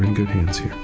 good hands here.